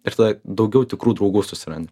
ir tada daugiau tikrų draugų susirandi